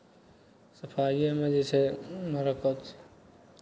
सफाइएमे जे छै बरकति छै